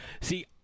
See